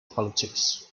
politics